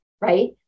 right